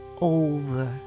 over